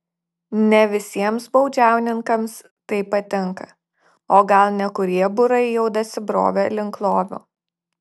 ne visiems baudžiauninkams tai patinka o gal nekurie būrai jau dasibrovė link lovio